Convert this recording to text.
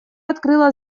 открыла